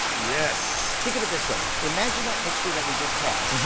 yes. think of it this way, imagine that mixture that we just had,